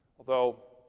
although,